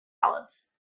alice